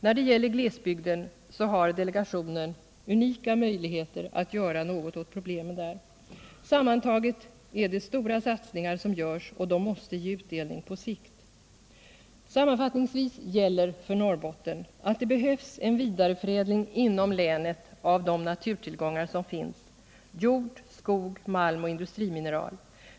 När det gäller glesbygden har delegationen unika möjligheter att göra något åt problemen där. Sammantaget är det stora satsningar som görs, och de måste ge utdelning på sikt. Sammanfattningsvis gäller för Norrbotten att det behövs en vidareförädling inom länet av de naturtillgångar som finns — jord, skog, malm och industrimineral.